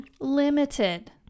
limited